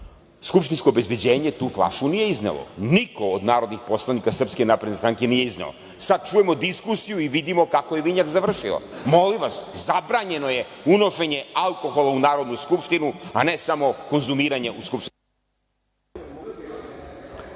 Skupštinsko obezbeđenje tu flašu nije iznelo. Niko od narodnih poslanika SNS nije izneo. Sad čujemo diskusiju i vidimo kako je vinjak završio. Molim vas, zabranjeno je unošenje alkohola u Narodnu skupštinu, a ne samo konzumiranje u…